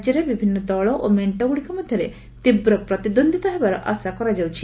ରାଜ୍ୟରେ ବିଭିନ୍ନ ଦଳ ଓ ମେଣ୍ଟ ଗୁଡିକ ମଧ୍ୟରେ ତୀବ୍ର ପ୍ରତିଦ୍ୱନ୍ଦ୍ୱିତା ହେବାର ଆଶା କରାଯାଉଛି